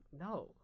no